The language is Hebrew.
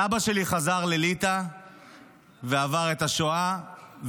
סבא שלי חזר לליטא ועבר את שואה,